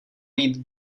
být